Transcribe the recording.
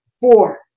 Four